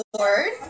Lord